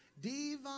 divine